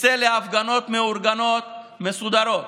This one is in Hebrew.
תצא להפגנות מאורגנות ומסודרות